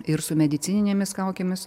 ir su medicininėmis kaukėmis